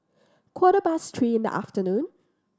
quarter past three in the afternoon